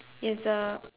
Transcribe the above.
it's a